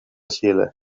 xile